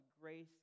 grace